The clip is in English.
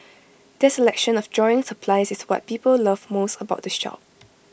their selection of drawing supplies is what people love most about the shop